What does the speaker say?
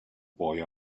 boy